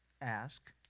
Ask